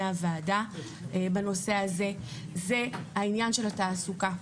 הוועדה בנושא הזה היא העניין של התעסוקה.